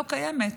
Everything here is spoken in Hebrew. לא קיימת.